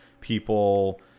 People